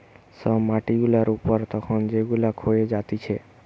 সব মাটি গুলা উপর তখন যেগুলা ক্ষয়ে যাতিছে